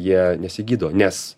jie nesigydo nes